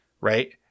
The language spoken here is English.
right